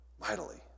mightily